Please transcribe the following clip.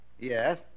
Yes